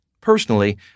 Personally